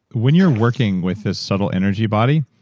when you're working with this subtle energy body,